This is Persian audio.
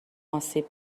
آسیب